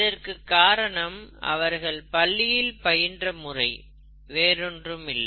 இதற்கு காரணம் அவர்கள் பள்ளியில் பயின்ற முறை வேறொன்றுமில்லை